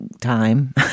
time